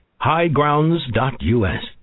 highgrounds.us